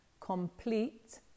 complete